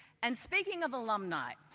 and speaking of alumni,